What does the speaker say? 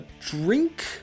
drink